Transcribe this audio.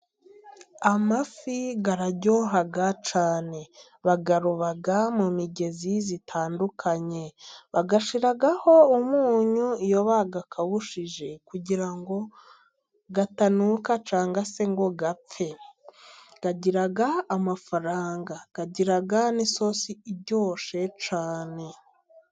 Amafi aryoha cyane, bayaroba mu migezi itandukanye, bagashyiraho umunyu iyo bayakawushije kugira ngo gatanuka cyangwa se ngo apfe, agira amafaranga, agira n'isosi iryoshe cyane.